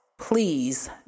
please